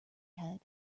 head